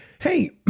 Hey